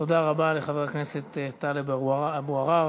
תודה רבה לחבר הכנסת טלב אבו עראר.